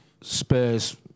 Spurs